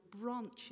branches